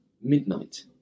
Midnight